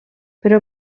però